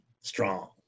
strong